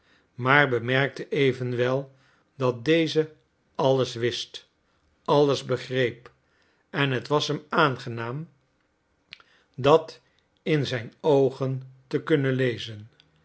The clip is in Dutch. maar bemerkte evenwel dat deze alles wist alles begreep en het was hem aangenaam dat in zijn oogen te kunnen lezen